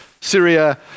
Syria